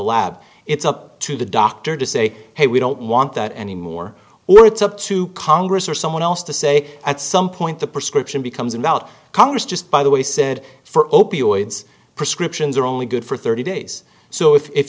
lab it's up to the doctor to say hey we don't want that anymore or it's up to congress or someone else to say at some point the prescription becomes in doubt congress just by the way said for opioids prescriptions are only good for thirty days so if